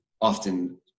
often